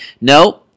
No